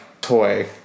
toy